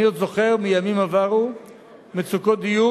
אני עוד זוכר מימים עברו מצוקות דיור